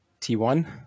T1